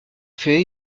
fait